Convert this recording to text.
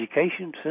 education